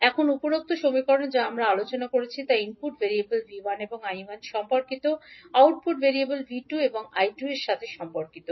এখন উপরোক্ত সমীকরণ যা আমরা আলোচনা করেছি তা ইনপুট ভেরিয়েবল 𝐕1 এবং 𝐈1 সম্পর্কিত আউটপুট ভেরিয়েবল 𝐕2 এবং −𝐈2 এর সাথে সম্পর্কিত